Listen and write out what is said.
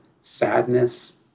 sadness